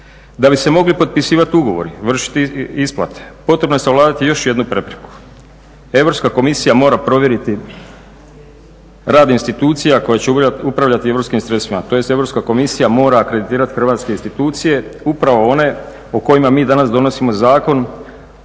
Da bi se mogli potpisivati ugovori, vršiti isplate potrebno je savladati još jednu prepreku, Europska komisija mora provjeriti rad institucija koje će upravljati europskim sredstvima, tj. Europska komisija mora akreditirat hrvatske institucije upravo one o kojima mi danas donosimo zakon